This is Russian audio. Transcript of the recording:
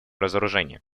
разоружения